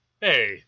Hey